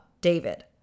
David